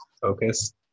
focus